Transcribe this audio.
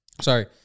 Sorry